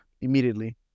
immediately